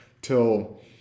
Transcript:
till